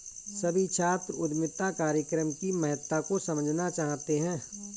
सभी छात्र उद्यमिता कार्यक्रम की महत्ता को समझना चाहते हैं